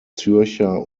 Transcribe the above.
zürcher